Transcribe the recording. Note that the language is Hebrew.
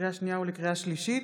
לקריאה שנייה ולקריאה שלישית,